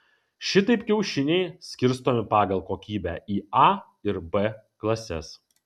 šitaip kiaušiniai skirstomi pagal kokybę į a ir b klases